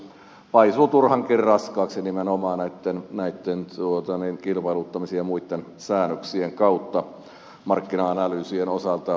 elikkä tämä hallinnointi paisuu turhankin raskaaksi nimenomaan näitten kilpailuttamisien ja muitten säännöksien kautta markkina analyysien osalta